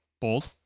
bold